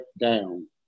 down